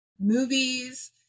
movies